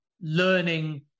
learning